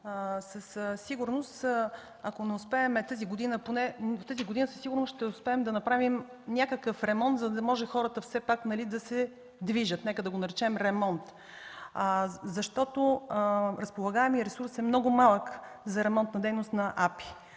със сигурност, ако не успеем тази година... Тази година със сигурност ще успеем да направим някакъв ремонт, за да може хората все пак да се движат, нека да го наречем ремонт, защото разполагаемият ресурс за ремонтна дейност на АПИ